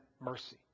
mercy